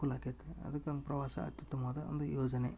ಅನುಕೂಲ ಆಕೈತಿ ಅದಕನ್ ಪ್ರವಾಸ ಅತ್ಯುತ್ತಮವಾದ ಒಂದು ಯೋಜನೆ